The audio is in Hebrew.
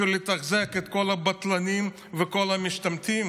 בשביל לתחזק את כל הבטלנים וכל המשתמטים?